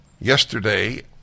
Yesterday